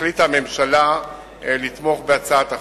החליטה הממשלה לתמוך בהצעת החוק.